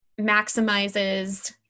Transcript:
maximizes